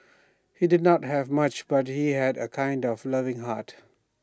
he did not have much but he had A kind and loving heart